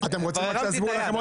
אוקיי,